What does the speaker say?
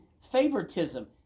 favoritism